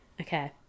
Okay